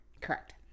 Correct